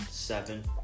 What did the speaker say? Seven